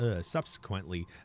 subsequently